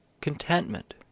contentment